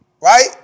Right